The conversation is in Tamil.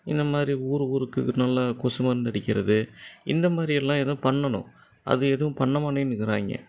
இந்தமாதிரி ஊர் ஊருக்கு நல்லா கொசு மருந்தடிக்கிறது இந்தமாதிரி எல்லாம் எதுவும் பண்ணனும் அது எதுவும் பண்ணமாட்டேன்னு இருக்கிறாங்கே